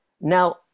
Now